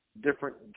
different